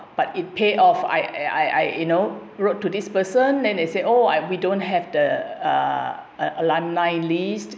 but it pay off I I I you know wrote to this person then I said oh I we don't have the uh alumni list